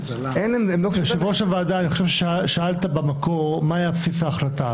יושב-ראש הוועדה, שאלת במקור מה היה בסיס ההחלטה.